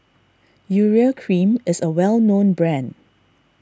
Urea Cream is a well known brand